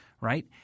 right